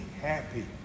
happy